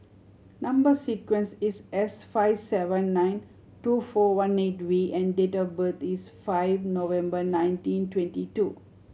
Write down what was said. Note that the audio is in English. number sequence is S five seven nine two four one eight V and date of birth is five November nineteen twenty two